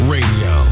Radio